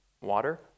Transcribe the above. water